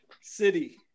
City